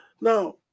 Now